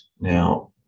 Now